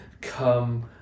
come